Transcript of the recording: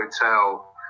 hotel